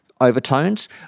overtones